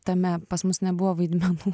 tame pas mus nebuvo vaidmenų